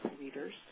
leaders